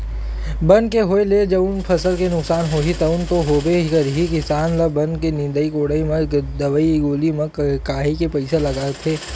बन के होय ले जउन फसल के नुकसान होही तउन तो होबे करही किसान ल बन के निंदई कोड़ई म दवई गोली म काहेक पइसा लागथे